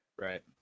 Right